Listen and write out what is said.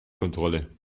kontrolle